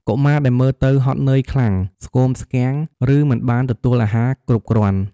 កុមារដែលមើលទៅហត់នឿយខ្លាំង ស្គមស្គាំង ឬមិនបានទទួលអាហារគ្រប់គ្រាន់។